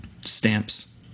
stamps